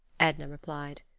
edna replied.